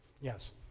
Yes